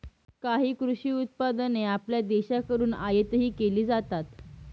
काही कृषी उत्पादने आपल्या देशाकडून आयातही केली जातात